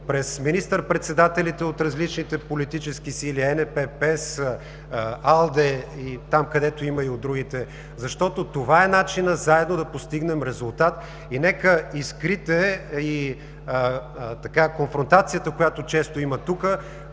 през министър-председателите от различните политически сили – ЕНП, ПЕС, АЛДЕ и там, където има и от другите, защото това е начинът заедно да постигнем резултат. И нека искрите и конфронтацията, която често има тук,